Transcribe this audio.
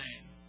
name